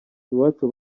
iwacu